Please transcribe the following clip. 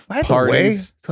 Parties